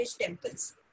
temples